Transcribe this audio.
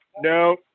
no